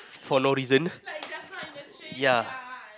for no reason ya